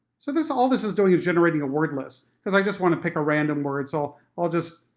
so this all this is doing is generating a word list, cause i just want to pick a random word, so all i'll just